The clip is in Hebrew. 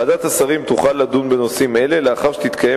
ועדת השרים תוכל לדון בנושאים אלה לאחר שתתקיים